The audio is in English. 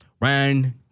Ryan